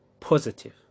positive